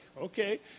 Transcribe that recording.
okay